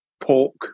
pork